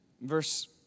Verse